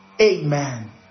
amen